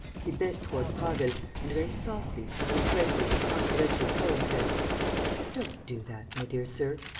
he bent toward prasville and, very softly, in a friendly and confidential tone, said don't do that, my dear sir,